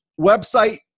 website